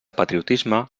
patriotisme